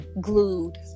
glued